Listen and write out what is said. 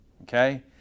Okay